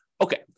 Okay